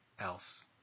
else